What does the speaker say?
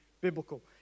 biblical